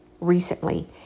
recently